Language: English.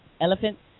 Elephants